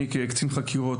אני כקצין חקירות,